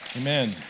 Amen